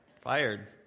fired